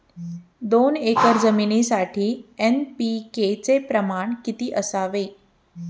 दोन एकर जमीनीसाठी एन.पी.के चे प्रमाण किती असावे?